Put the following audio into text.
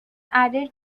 added